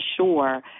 sure